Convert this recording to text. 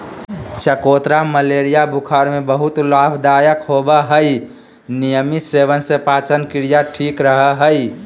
चकोतरा मलेरिया बुखार में बहुत लाभदायक होवय हई नियमित सेवन से पाचनक्रिया ठीक रहय हई